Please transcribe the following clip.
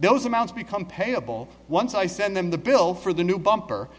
those amounts become payable once i send them the bill for the new bumper